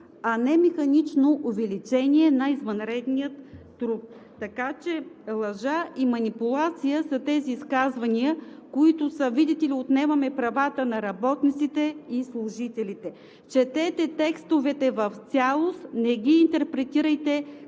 а не механично увеличение на извънредния труд. Така че лъжа и манипулация са тези изказвания, че, видите ли, отнемаме правата на работниците и служителите. Четете текстовете в цялост, не ги интерпретирайте,